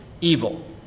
evil